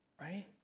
right